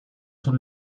sus